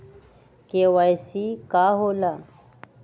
KYC का होला?